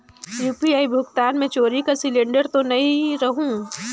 UPI भुगतान मे चोरी कर सिलिंडर तो नइ रहु?